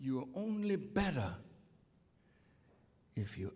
you only better if you